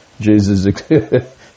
Jesus